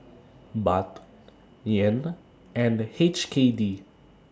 Baht Yen and H K D